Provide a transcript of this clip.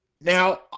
now